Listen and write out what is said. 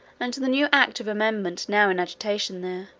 and the new act of amendment now in agitation there,